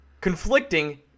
conflicting